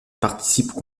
participent